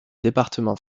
département